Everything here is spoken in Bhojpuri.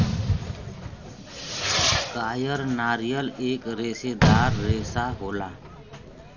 कायर नारियल एक रेसेदार रेसा होला